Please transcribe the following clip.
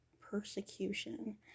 persecution